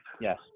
yes